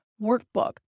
workbook